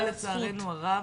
לצערנו הרב.